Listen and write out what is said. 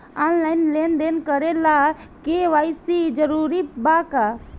Online लेन देन करे ला के.वाइ.सी जरूरी बा का?